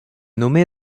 nommé